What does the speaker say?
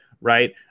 right